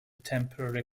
temporary